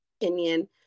opinion